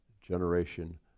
generation